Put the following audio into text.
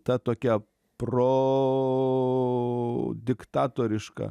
ta tokia prodiktatoriška